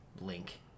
link